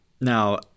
Now